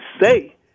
say